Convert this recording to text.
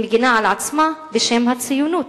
היא מגינה על עצמה בשם הציונות.